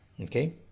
okay